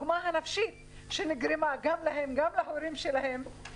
נגרמה להם ולהוריהם עוגמת נפש,